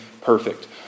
perfect